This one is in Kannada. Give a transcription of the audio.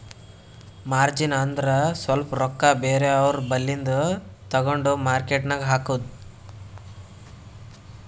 ಮಾರ್ಜಿನ್ ಅಂದುರ್ ಸ್ವಲ್ಪ ರೊಕ್ಕಾ ಬೇರೆ ಅವ್ರ ಬಲ್ಲಿಂದು ತಗೊಂಡ್ ಮಾರ್ಕೇಟ್ ನಾಗ್ ಹಾಕದ್